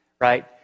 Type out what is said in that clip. right